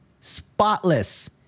spotless